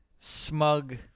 smug